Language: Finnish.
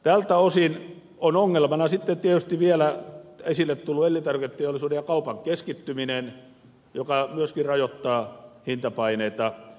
tältä osin on ongelmana sitten tietysti vielä esille tullut elintarviketeollisuuden ja kaupan keskittyminen joka myöskin rajoittaa hintapaineita